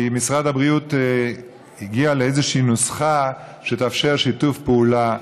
כי משרד הבריאות הגיע לאיזושהי נוסחה שתאפשר שיתוף פעולה.